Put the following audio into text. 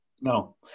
No